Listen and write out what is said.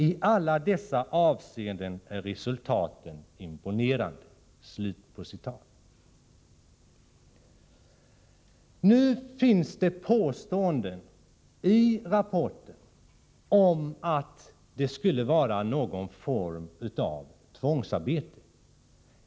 I alla dessa avseenden är resultaten imponerande. Nu finns det i rapporten påståenden om att det skulle förekomma någon form av tvångsarbete.